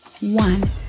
one